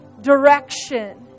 direction